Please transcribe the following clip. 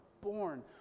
born